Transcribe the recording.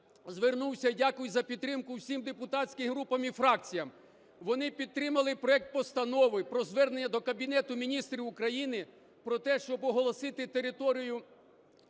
звернувся, і дякую за підтримку усім депутатським групам і фракціям, вони підтримали проект Постанови про звернення до Кабінету Міністрів України про те, щоб оголосити територію